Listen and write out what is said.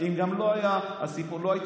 אם לא היית משיב,